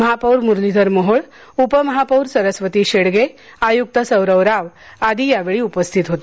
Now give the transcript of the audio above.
महापौर मुरलीधर मोहोळ उपमहापौर सरस्वती शेडगे आयुक्त सौरव राव आदी यावेळी उपस्थित होते